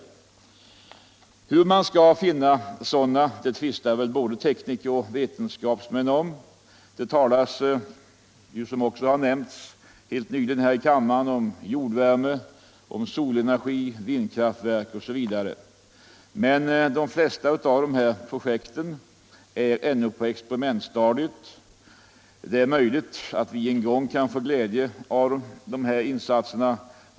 stitepten svinn Hur vi skall finna sådana energikällor tvistar både tekniker och ve = Energihushållningtenskapsmän om. Det talas ju, som också nämnts här i kammaren, om = en, m.m. jordvärme, solenergi, vindkraft osv. Men de flesta av dessa projekt är ännu på experimentstadiet. Det är möjligt att vi en gång kan få glädje av dessa insatser.